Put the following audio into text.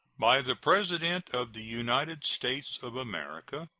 by the president of the united states of america.